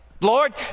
Lord